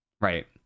right